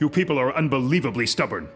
you people are unbelievably stubborn